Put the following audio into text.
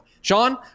Sean